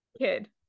kid